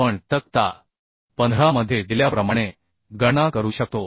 आपण तक्ता 15 मध्ये दिल्याप्रमाणे गणना करू शकतो